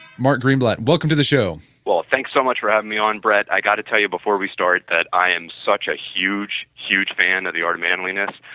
mark greenblatt, and welcome to the show well thanks so much for having me on brett. i got to tell you before we start that i am such a huge, huge fan of the art of manliness.